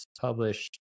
published